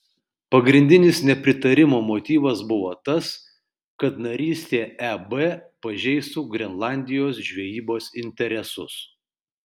pagrindinis nepritarimo motyvas buvo tas kad narystė eb pažeistų grenlandijos žvejybos interesus